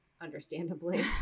Understandably